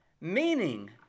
Meaning